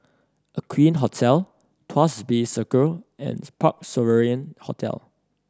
Aqueen Hotel Tuas Bay Circle and Parc Sovereign Hotel